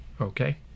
okay